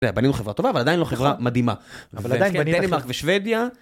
בנינו חברה טובה, אבל עדיין לא חברה מדהימה. אבל עדיין דנמרק ושוודיה